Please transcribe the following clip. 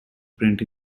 print